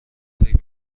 فکر